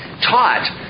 taught